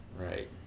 right